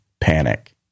panic